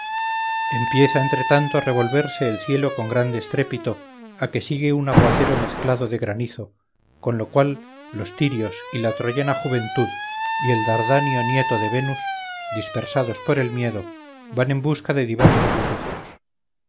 empieza entre tanto a revolverse el cielo con grande estrépito a que sigue un aguacero mezclado de granizo con lo cual los tirios y la troyana juventud y el dardanio nieto de venus dispersados por el miedo van en busca de diversos refugios